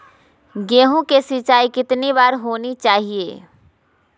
गेहु की सिंचाई कितनी बार होनी चाहिए?